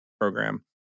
program